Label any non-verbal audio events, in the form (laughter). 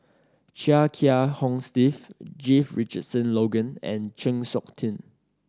Chia Kiah Hong Steve (unintelligible) Richardson Logan and Chng Seok Tin